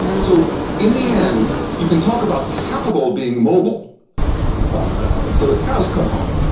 so in the end you can talk about capital being mobile until the cows come home,